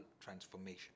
transformation